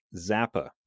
Zappa